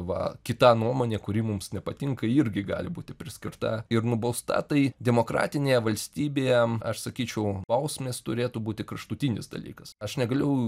va kita nuomonė kuri mums nepatinka irgi gali būti priskirta ir nubausta tai demokratinėje valstybėje aš sakyčiau bausmės turėtų būti kraštutinis dalykas aš negaliu